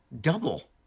double